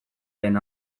den